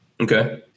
Okay